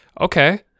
Okay